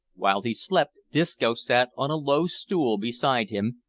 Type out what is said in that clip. while he slept disco sat on a low stool beside him,